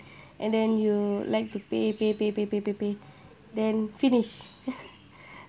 and then you like to pay pay pay pay pay pay pay then finish